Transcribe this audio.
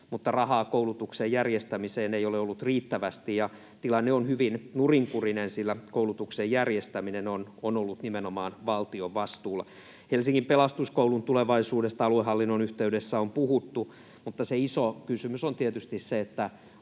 mutta rahaa koulutuksen järjestämiseen ei ole ollut riittävästi. Tilanne on hyvin nurinkurinen, sillä koulutuksen järjestäminen on ollut nimenomaan valtion vastuulla. Helsingin Pelastuskoulun tulevaisuudesta aluehallinnon yhteydessä on puhuttu, mutta se iso kysymys on tietysti se, onko